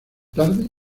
tarde